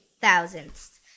thousandths